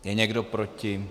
Je někdo proti?